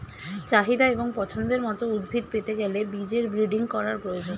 চাহিদা এবং পছন্দের মত উদ্ভিদ পেতে গেলে বীজের ব্রিডিং করার প্রয়োজন